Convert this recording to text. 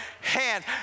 hand